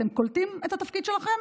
אתם קולטים את התפקיד שלכם?